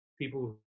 people